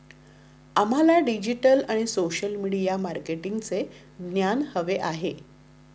आम्हाला डिजिटल आणि social media मार्केटिंगचे ज्ञान हवे आहे